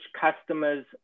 customers